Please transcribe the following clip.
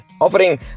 offering